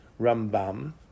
Rambam